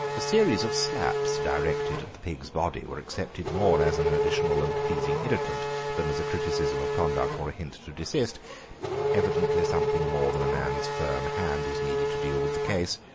a series of slaps directed the pig's body were accepted more as an additional and pleasing irritant than as a criticism of conduct or a hint to desist evidently something more than a man's firm hand was needed to deal with the case.